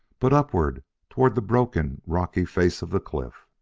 but upward toward the broken, rocky face of the cliff.